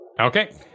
Okay